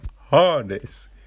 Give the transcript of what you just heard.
harness